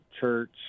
church